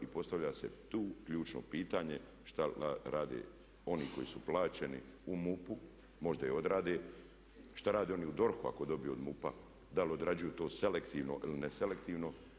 I postavlja se tu ključno pitanje što rade oni koji su plaćeni u MUP-u, možda i odrade, što rade oni u DORH-u ako dobiju od MUP-a da li odrađuju to selektivno ili neselektivno?